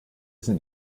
sind